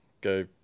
Go